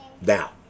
now